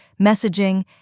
messaging